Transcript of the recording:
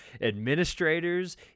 administrators